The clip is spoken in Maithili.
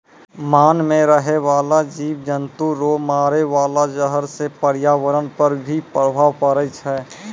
मान मे रहै बाला जिव जन्तु रो मारे वाला जहर से प्रर्यावरण पर भी प्रभाव पड़ै छै